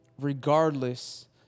regardless